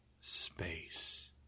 Space